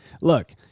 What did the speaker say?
Look